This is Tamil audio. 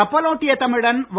கப்பலோட்டிய தமிழன் வ